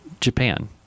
Japan